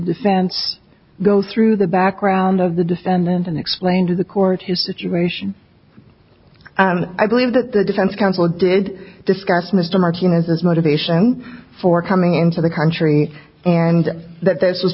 defense go through the background of the defendant and explain to the court you situation i believe that the defense counsel did discuss mr martinez as motivation for coming into the country and that th